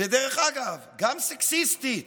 ודרך אגב, גם סקסיסטית.